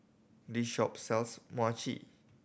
this shop sells Mochi